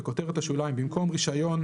(1)בכותרת השוליים במקום "רישיון,